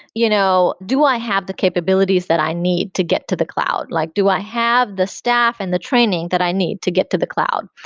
you know do i have the capabilities that i need to get to the cloud? like do i have the staff and the training that i need to get to the cloud?